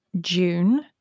June